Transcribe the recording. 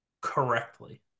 correctly